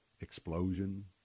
explosion